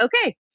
Okay